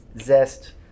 Zest